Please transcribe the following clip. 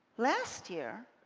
last year,